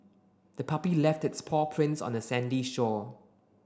the puppy left its paw prints on the sandy shore